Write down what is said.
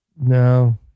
No